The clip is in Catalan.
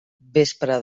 vespre